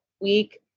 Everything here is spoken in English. week